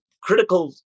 critical